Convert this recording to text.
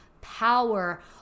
power